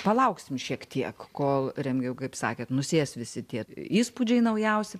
palauksim šiek tiek kol remigijau kaip sakėt nusės visi tie įspūdžiai naujausi